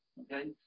Okay